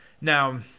Now